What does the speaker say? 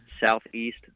Southeast